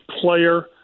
player